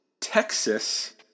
Texas